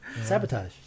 Sabotage